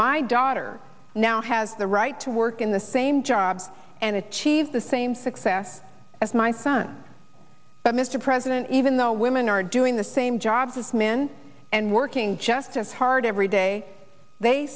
my daughter now has the right to work in the same job and achieve the same success as my son but mr president even though women are doing the same jobs as men and working just as hard every day they